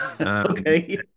Okay